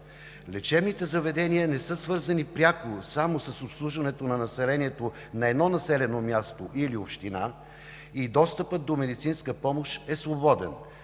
Лечебните заведения не са свързани пряко само с обслужване на населението на едно населено място или община, а и достъпът до медицинска помощ е свободен.